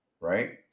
right